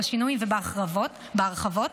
בשינויים ובהרחבות,